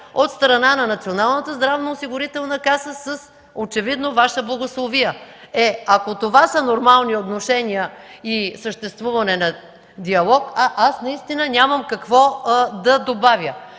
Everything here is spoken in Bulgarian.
от страна на Националната здравноосигурителна каса, очевидно с Ваша благословия. Ако това са нормални отношения и съществуване на диалог, аз наистина нямам какво да добавя.